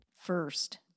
First